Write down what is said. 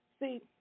see